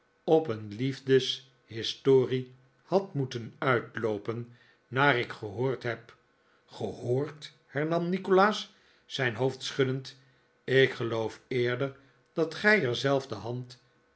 op een liefdeshistorie had moeten uitloopen naar ik gehoord heb gehoord hernam nikolaas zijn hoofd schuddend ik geloof eerder dat gij er zelf de hand